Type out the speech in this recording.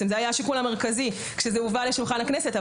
זה היה השיקול המרכזי כשזה הובא לשולחן הכנסת.